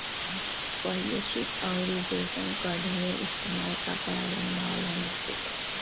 पहिले सूत अउरी रेशम कअ ढेर इस्तेमाल कपड़ा बनवला में होत रहे